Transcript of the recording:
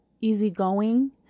easygoing